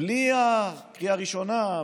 בלי הקריאה הראשונה,